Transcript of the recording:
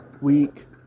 week